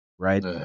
Right